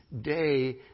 day